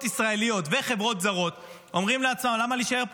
ישראליות וחברות זרות אומרות לעצמן: למה להישאר פה?